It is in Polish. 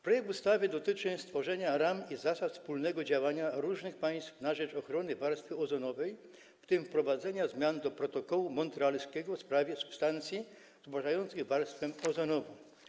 Projekt ustawy dotyczy stworzenia ram i zasad wspólnego działania różnych państw na rzecz ochrony warstwy ozonowej, w tym wprowadzenia zmian do Protokołu montrealskiego w sprawie substancji zubożających warstwę ozonową.